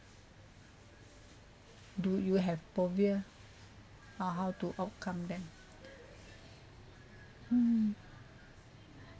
do you have phobia and how to outcome them hmm